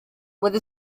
with